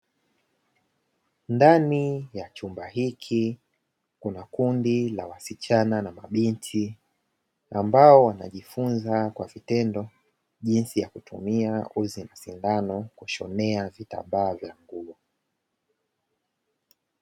Ndani ya chumba hiki kuna kundi la wasichana na mabinti, ambao wanajifunza kwa vitendo jinsi ya kutumia uzi na sindano, kushonea vitambaa vya nguo.